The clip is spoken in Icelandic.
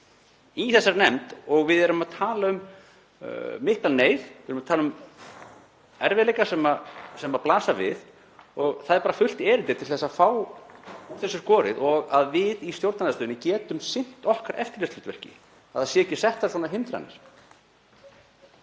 mannréttindi. Við erum að tala um mikla neyð, við erum að tala um erfiðleika sem blasa við og það er bara fullt erindi til að fá úr þessu skorið og að við í stjórnarandstöðunni getum sinnt okkar eftirlitshlutverki, að það séu ekki settar svona hindranir.